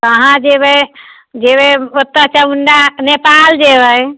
अहाँ जयबै जयबै ओतऽ चामुण्डा नेपाल जयबै